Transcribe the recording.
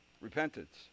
Repentance